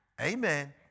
amen